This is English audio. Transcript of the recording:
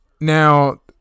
Now